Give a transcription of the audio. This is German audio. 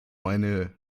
eine